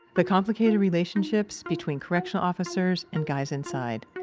the complicated relationships between correction officers and guys inside.